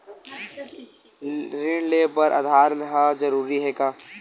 ऋण ले बर आधार ह जरूरी हे का?